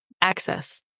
access